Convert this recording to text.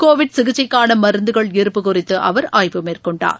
Covid சிகிச்சைக்கானமருந்துகள் இருப்பு குறித்துஅவர் ஆய்வு மேற்கொண்டார்